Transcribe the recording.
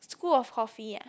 school of coffee ah